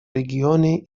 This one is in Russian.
регионе